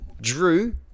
Drew